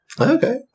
Okay